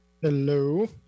Hello